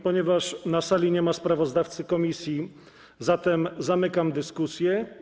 Ponieważ na sali nie ma sprawozdawcy komisji, zamykam dyskusję.